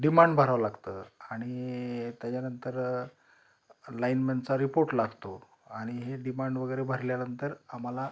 demand भरावं लागतं आणि त्याच्यानंतर लाईनमनचा रिपोर्ट लागतो आणि हे डिमांड वगैरे भरल्यानंतर आम्हाला